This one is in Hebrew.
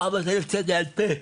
400 אלף שקל על פה,